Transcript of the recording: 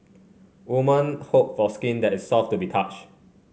women hope for skin that is soft to the touch